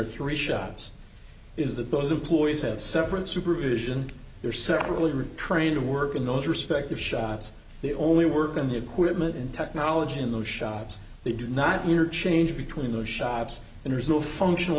are three shops is that those employees had separate supervision or separately retrained to work in those respective shots they only work in the equipment and technology in those shops they do not need or change between those shops and there is no functional